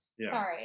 Sorry